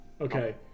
okay